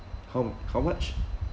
how how much